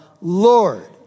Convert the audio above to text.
Lord